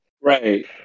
right